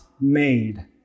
made